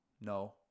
no